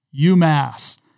UMass